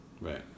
right